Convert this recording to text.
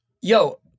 Yo